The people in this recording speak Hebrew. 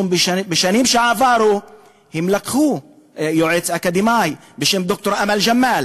בשנים שעברו הם לקחו יועץ אקדמי בשם ד"ר אמל ג'מאל,